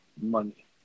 money